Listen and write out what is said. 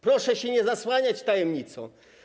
Proszę się nie zasłaniać tajemnicą.